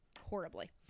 Horribly